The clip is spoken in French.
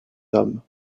hommes